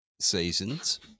seasons